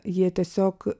jie tiesiog